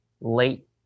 late